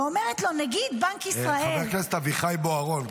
ואומרת לו: נגיד בנק ישראל --- חבר כנסת אביחי בוארון,